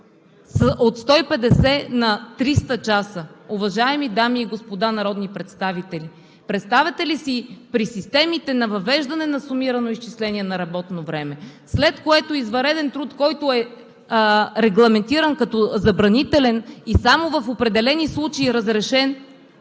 от 150 на 300 часа. Уважаеми дами и господа народни представители, представяте ли си при системите на въвеждане на сумирано изчисление на работно време, след което извънреден труд, който е регламентиран като забранителен и само в определени случаи разрешен,